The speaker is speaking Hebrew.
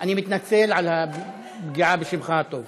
אני מתנצל על הפגיעה בשמך הטוב